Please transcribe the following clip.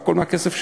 והכול מהכסף שלנו.